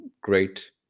great